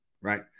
right